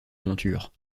monture